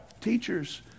teachers